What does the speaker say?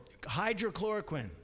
hydrochloroquine